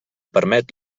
permet